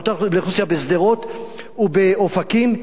לאוכלוסייה בשדרות ובאופקים,